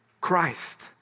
Christ